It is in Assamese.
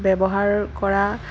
ব্যৱহাৰ কৰা